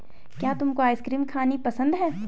क्या तुमको आइसक्रीम खानी पसंद है?